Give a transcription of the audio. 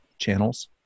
channels